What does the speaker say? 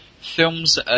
films